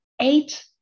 eight